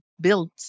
built